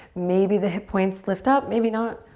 maybe the hip points lift up, maybe not,